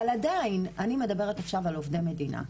אבל עדיין, אני מדברת עכשיו על עובדי מדינה.